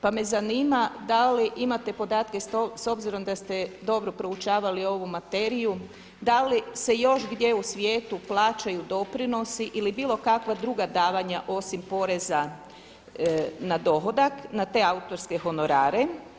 Pa me zanima da li imate podatke s obzirom da ste dobro proučavali ovu materiju, da li se još gdje u svijetu plaćaju doprinosi ili bilo kakva druga davanja osim poreza na dohodak na te autorske honorare.